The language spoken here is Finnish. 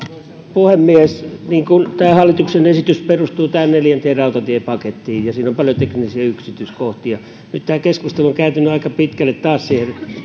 puhemies tämä hallituksen esitys perustuu tähän neljänteen rautatiepakettiin ja siinä on paljon teknisiä yksityiskohtia nyt tämä keskustelu on kääntynyt aika pitkälle taas siihen